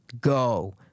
go